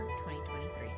2023